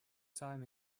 time